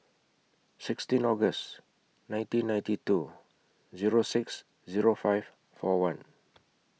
sixteen August nineteen ninety two Zero six Zero five four one